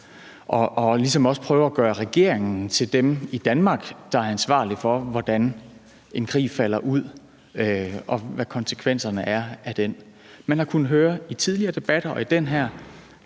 også at gøre regeringen til dem i Danmark, der er ansvarlige for, hvordan en krig falder ud, og hvad konsekvenserne af den er. Man har i tidligere debatter og i den her